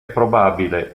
probabile